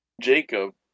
Jacob